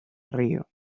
río